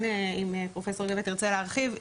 כן אם פרופ' גבע תרצה להרחיב,